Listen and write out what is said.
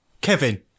Kevin